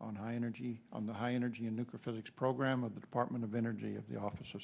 on high energy on the high energy and nuclear physics program of the department of energy of the office of